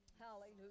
Hallelujah